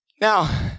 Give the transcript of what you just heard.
Now